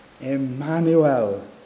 Emmanuel